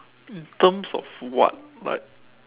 in terms of what like